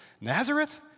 Nazareth